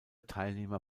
teilnehmer